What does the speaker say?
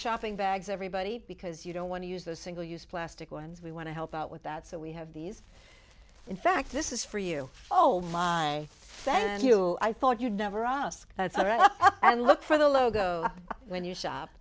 shopping bags everybody because you don't want to use those single use plastic ones we want to help out with that so we have these in fact this is for you oh my thank you i thought you'd never ask that's all right and look for the logo when you shop